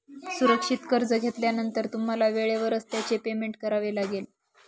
सुरक्षित कर्ज घेतल्यानंतर तुम्हाला वेळेवरच त्याचे पेमेंट करावे लागेल